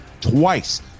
twice